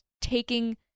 taking